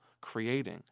creating